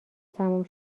تموم